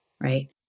Right